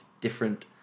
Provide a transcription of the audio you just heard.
different